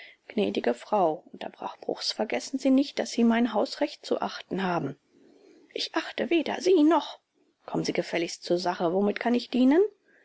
gnädige frau unterbrach bruchs vergessen sie nicht daß sie mein hausrecht zu achten haben ich achte weder sie noch kommen sie gefälligst zur sache womit kann ich dienen